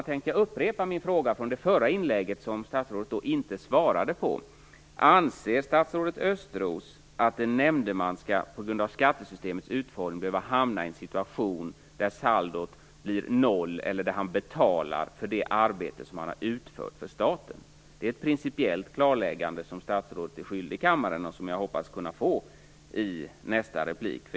Jag tänker upprepa min fråga från det förra anförandet, en fråga som statsrådet inte har svarat på. Anser statsrådet Östros att en nämndeman på grund av skattesystemets utformning skall behöva hamna i en situation där saldot blir noll eller där han betalar för det arbete som han har utfört för staten? Det är ett principiellt klarläggande som statsrådet är skyldig kammaren och som jag hoppas kunna få i nästa replik.